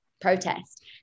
protest